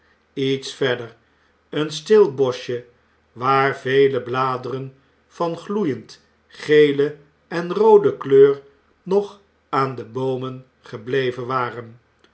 iets verder een stil boschje waar velebladeren van gloeiend gele en roode kleur nog aan de boomen gebleven waren